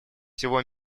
всего